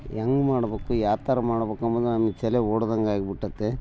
ಹೆಂಗ್ ಮಾಡ್ಬೇಕು ಯಾ ಥರ ಮಾಡ್ಬೇಕು ಅಂಬೋದ್ ನಂಗೆ ತಲ್ಯಾಗೆ ಓಡ್ದಂಗೆ ಆಗ್ಬಿಟ್ಟತೆ